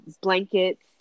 blankets